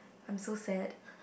I'm so sad